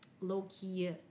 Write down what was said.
low-key